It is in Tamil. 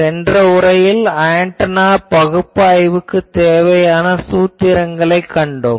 சென்ற உரையில் ஆன்டெனா பகுப்பாய்வுக்குத் தேவையான சூத்திரங்களைக் கண்டோம்